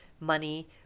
money